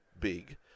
big